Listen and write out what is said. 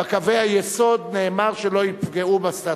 בקווי היסוד נאמר שלא יפגעו בסטטוס-קוו.